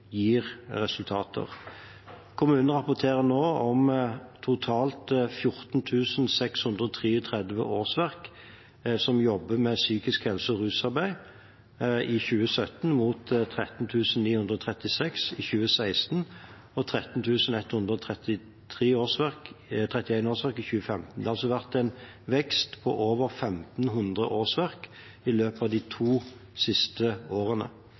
gir resultater. Kommunene rapporterte at totalt 14 633 årsverk jobbet med psykisk helse- og rusarbeid i 2017, mot 13 936 årsverk i 2016 og 13 131 årsverk i 2015. Det har altså vært en vekst på over 1 500 årsverk i løpet av de to siste årene.